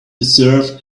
deserve